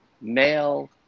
male